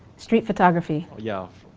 street photography. yeah,